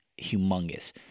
humongous